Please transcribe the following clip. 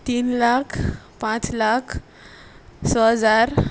तीन लाख पांच लाख स हजार